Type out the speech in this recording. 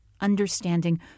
understanding